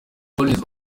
collins